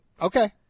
Okay